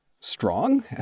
strong